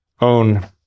own